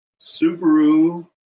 Subaru